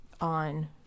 on